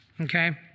okay